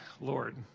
Lord